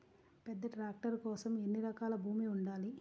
పెద్ద ట్రాక్టర్ కోసం ఎన్ని ఎకరాల భూమి ఉండాలి?